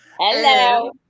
Hello